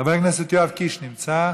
חבר הכנסת יואב קיש נמצא?